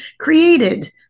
created